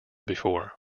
before